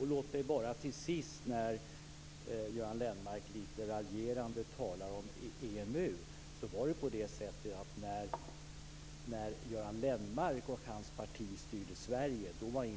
Låt mig bara till sist, när Göran Lennmarker lite raljerande talar om EMU, säga att när Göran Lennmarker och hans parti var med och styrde Sverige, då var